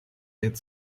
лет